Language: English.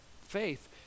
faith